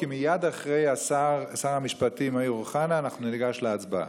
כי מייד אחרי שר המשפטים מאיר אוחנה אנחנו ניגש להצבעה.